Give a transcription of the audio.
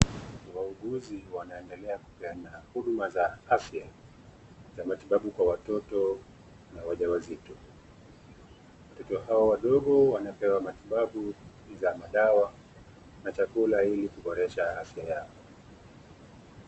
Wauguzi wanaendela kupeana huduma za Afya za matibabu Kwa watoto na wajawazito ,watoto hao wadogo ,wanapewa matibabu za matibabu na chakula ili kuboresha Afya yao